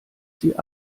sie